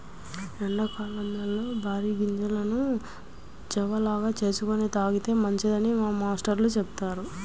ఎండా కాలంలో బార్లీ గింజలను జావ లాగా చేసుకొని తాగితే మంచిదని మా మేష్టారు చెప్పారు